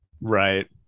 right